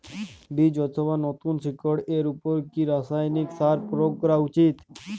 বীজ অথবা নতুন শিকড় এর উপর কি রাসায়ানিক সার প্রয়োগ করা উচিৎ?